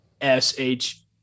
S-H